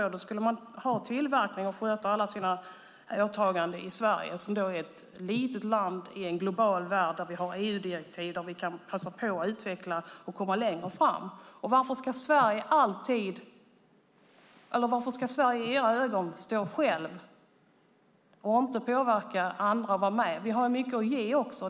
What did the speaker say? Då skulle man ha tillverkning och sköta alla sina åtaganden i Sverige - ett litet land i en global värld där vi har EU-direktiv och där vi kan passa på att utveckla och komma längre fram. Varför ska Sverige i era ögon stå självt och inte påverka andra att vara med? Vi har ju också mycket att ge.